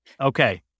okay